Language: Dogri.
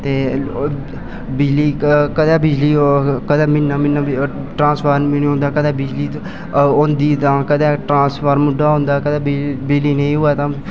कदें म्हीना म्हीना ट्रासंफार्म नी होंदा कदें बिजली होदीं तां ट्रासंफार्म उड़्डे दा होंदा बिजली नेईं होऐ तां